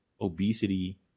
obesity